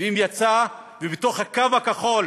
ואם יצא ובתוך הקו הכחול